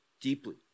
deeply